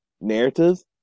narratives